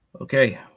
okay